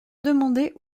demander